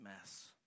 mess